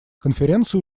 конференция